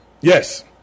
Yes